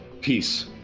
Peace